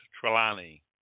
Trelawney